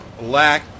lack